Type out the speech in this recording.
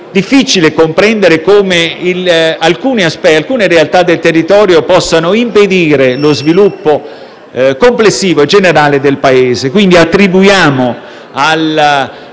difficile comprendere come alcune realtà del territorio possano impedire lo sviluppo complessivo generale dell'Italia. Consideriamo